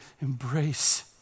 embrace